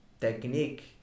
technique